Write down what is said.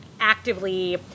actively